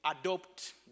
adopt